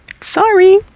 sorry